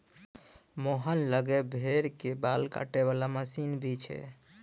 मोहन लॅ त भेड़ के बाल काटै वाला मशीन भी छै